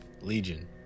Legion